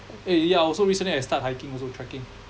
eh yeah also recently I start hiking also trekking